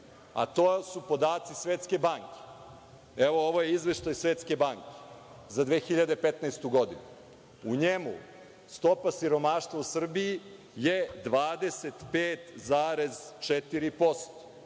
a to su podaci Svetske banke. Ovo je izveštaj Svetske banke za 2015. godinu. U njemu stopa siromaštva u Srbiji je 25,4%,